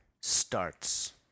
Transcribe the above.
starts